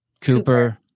Cooper